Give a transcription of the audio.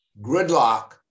Gridlock